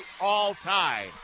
all-tie